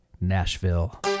Nashville